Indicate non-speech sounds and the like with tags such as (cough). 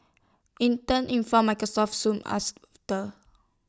Intel informed Microsoft soon (unintelligible) after